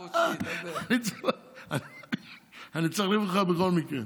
אני צריך להחליף אותך בכל מקרה.